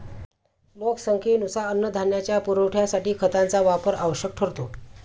लोकसंख्येनुसार अन्नधान्याच्या पुरवठ्यासाठी खतांचा वापर आवश्यक ठरतो